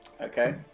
okay